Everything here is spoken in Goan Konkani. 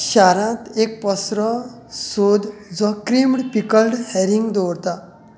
शारांत एक पसरो सोद जो क्रीम्ड पिकल्ड हॅरींग दवरता